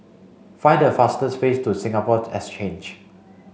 find the fastest way to Singapore Exchange